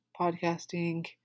podcasting